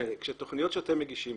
כשתוכניות שאתם מגישים